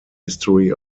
history